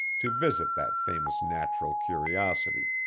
to visit that famous natural curiosity,